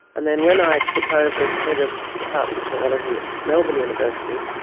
and then when i took over as head of department of zoology at melbourne university,